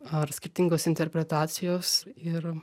ar skirtingos interpretacijos ir